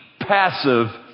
passive